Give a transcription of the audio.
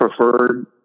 preferred